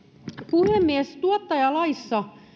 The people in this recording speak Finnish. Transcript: puhemies tuottajalaissa